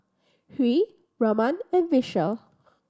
Hri Raman and Vishal